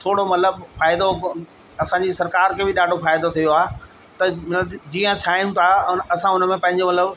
थोरो मतलबु फ़ाइदो असांजी सरकारि खे बि ॾाढो फ़ाइदो थियो आहे त जीअं ठाहियूं था असां हुन में पंहिंजो मतलबु